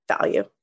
value